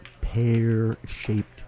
pear-shaped